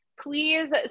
please